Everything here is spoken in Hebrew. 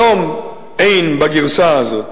שלום אין בגרסה הזו.